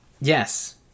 Yes